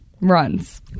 runs